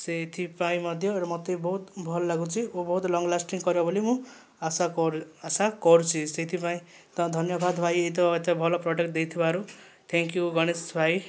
ସେଥିପାଇଁ ମଧ୍ୟ ମୋତେ ବହୁତ ଭଲଲାଗୁଛି ଓ ବହୁତ ଲଙ୍ଗ୍ ଲାଷ୍ଟିଙ୍ଗ୍ କରିବ ବୋଲି ମୁଁ ଆଶା କରୁ ଆଶା କରୁଛି ସେଥିପାଇଁ ତ ଧନ୍ୟବାଦ ଭାଇ ଏତେ ଭଲ ପ୍ରଡକ୍ଟ ଦେଇଥିବାରୁ ଥ୍ୟାଙ୍କ ୟୁ ଗଣେଶ ଭାଇ